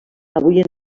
avui